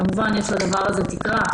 כמובן שיש לדבר הזה תקרה,